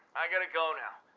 i gotta go now.